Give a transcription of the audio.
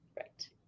Right